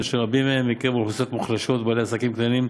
אשר רבים מהם מקרב אוכלוסיות מוחלשות ובעלי עסקים קטנים,